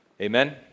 Amen